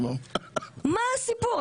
מה הסיפור?